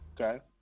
Okay